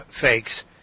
fakes